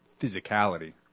physicality